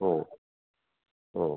ഓ ഓ